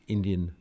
Indian